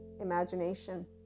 imagination